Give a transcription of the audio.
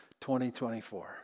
2024